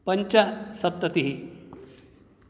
पञ्चसप्ततिः